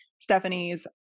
Stephanie's